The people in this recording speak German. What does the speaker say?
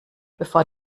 bevor